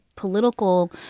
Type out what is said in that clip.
political